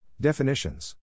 Definitions